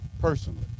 personally